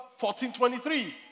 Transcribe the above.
14.23